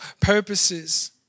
purposes